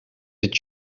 het